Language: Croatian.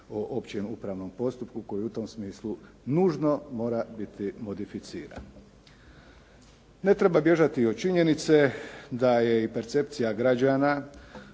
o opće upravnom postupku koji u tom smislu nužno mora biti modificiran. Ne treba bježati od činjenice da je i percepcija građana,